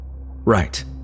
Right